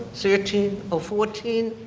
thirteen or fourteen.